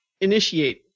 initiate